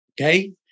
Okay